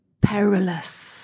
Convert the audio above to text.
perilous